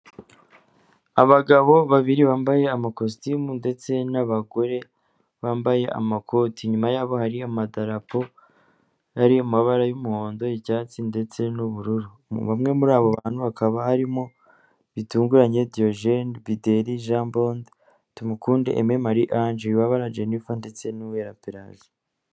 Abagabo babiri bambaye ama kositimu ndetse n'abagore bambaye amakoti, inyuma yabo hari amadarapo ari mu mabara y'umuhondo, icyatsi, ndetse n'ubururu. Bamwe muri abo bantu hakaba harimo bitunguranye Diogene, Bideri Jean Bonde, Tumukunde Aime Marie Ange, wibabara Jennifer, ndetse na Uwera Peraji.